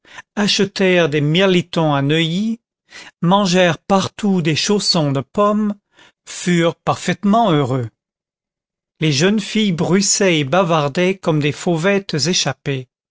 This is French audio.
achetèrent des mirlitons à neuilly mangèrent partout des chaussons de pommes furent parfaitement heureux les jeunes filles bruissaient et bavardaient comme des fauvettes échappées